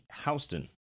Houston